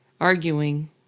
arguing